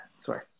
sorry